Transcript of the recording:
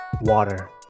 water